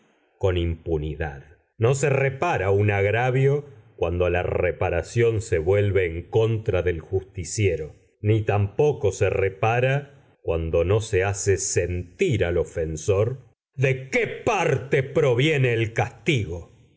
con impunidad no se repara un agravio cuando la reparación se vuelve en contra del justiciero ni tampoco se repara cuando no se hace sentir al ofensor de qué parte proviene el castigo